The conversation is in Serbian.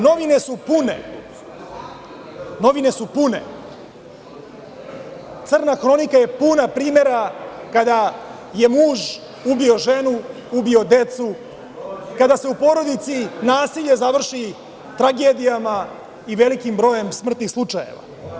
Novine su pune, crna hronika je puna primera kada je muž ubio ženu, ubio decu, kada se u porodici nasilje završi tragedijama i velikim brojem smrtnih slučajeva.